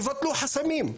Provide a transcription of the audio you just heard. תבטלו חסמים,